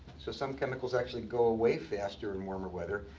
so some chemicals actually go away faster in warmer weather.